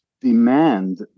Demand